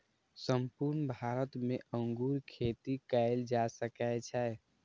संपूर्ण भारत मे अंगूर खेती कैल जा सकै छै